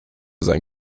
sein